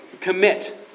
commit